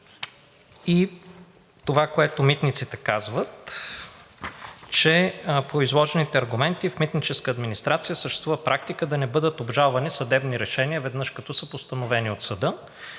и това, което Митниците казват, е, че по изложените аргументи в митническа администрация съществува практика да не бъдат обжалвани съдебни решения веднъж, като са постановени от съда,